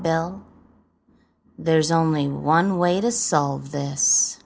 bill there's only one way to solve this